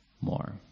more